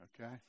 Okay